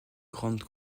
grande